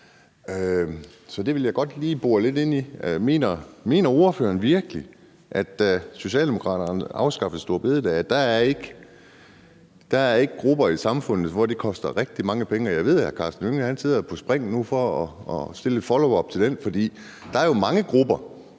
Så det vil jeg godt lige bore lidt i. Mener ordføreren virkelig, at da Socialdemokratiet afskaffede store bededag, var der ikke grupper i samfundet, som det ville koste rigtig mange penge? Jeg ved, at hr. Karsten Hønge sidder på spring nu for at komme med en followup til det her, for der er jo mange grupper,